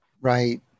Right